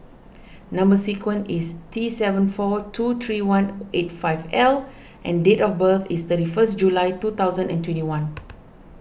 Number Sequence is T seven four two three one eight five L and date of birth is thirty first July two thousand and twenty one